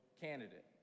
candidate